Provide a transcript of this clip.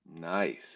nice